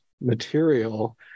material